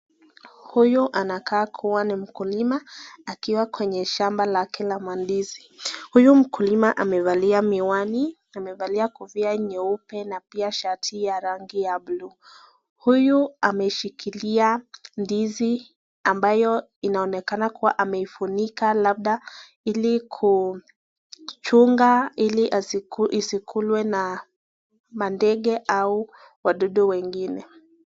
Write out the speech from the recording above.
Huyu anakaa kuwa ni mkulima akiwa kwenye shamba lake la mandizi, huyu mkulima amevalia miwani, na kofia lake nyeupe na pia shati la rangi blue ,huyu ameshikilia ndizi ambayo inaonekana ameifunika labda ilikuchunga isikuliwe na ndege au wadudu wangine.